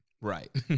right